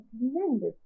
tremendous